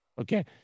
Okay